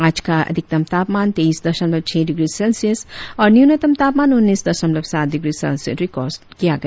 आज का अधिकतम तापमान तेईस दशमलव छह डिग्री सेल्सियस और न्यूनतम तापमान उन्नीस दशमलव सात डिग्री सेल्सियस रिकार्ड किया गया